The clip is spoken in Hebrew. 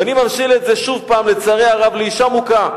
ואני ממשיל את זה שוב פעם, לצערי הרב, לאשה מוכה,